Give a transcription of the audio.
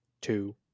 two